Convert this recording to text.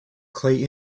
clay